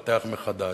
להתפתח מחדש.